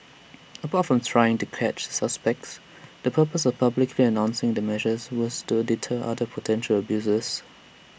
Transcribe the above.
apart from trying to catch the suspects the purpose of publicly announcing the measures was to deter other potential abusers